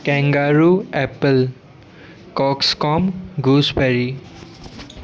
kangaroo apple cox com gooseberry